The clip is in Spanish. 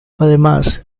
además